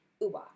Uba